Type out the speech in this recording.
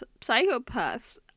psychopaths